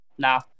Nah